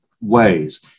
ways